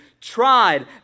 tried